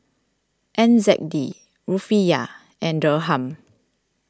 N Z D Rufiyaa and Dirham